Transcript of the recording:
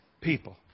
people